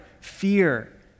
fear